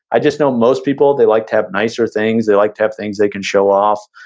i just know most people, they like to have nicer things, they like to have things they can show off,